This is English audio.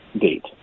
date